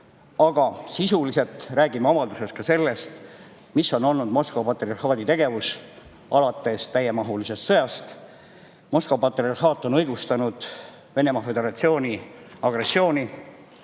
Sisuliselt räägime avalduses ka sellest, mis on olnud Moskva patriarhaadi tegevus alates täiemahulise sõja [algusest]. Moskva patriarhaat on õigustanud Venemaa Föderatsiooni agressiooni